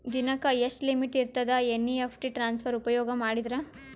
ದಿನಕ್ಕ ಎಷ್ಟ ಲಿಮಿಟ್ ಇರತದ ಎನ್.ಇ.ಎಫ್.ಟಿ ಟ್ರಾನ್ಸಫರ್ ಉಪಯೋಗ ಮಾಡಿದರ?